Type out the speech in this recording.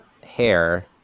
hair